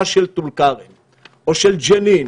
לפטרל במחנה הפליטים שאטי או בג'באליה?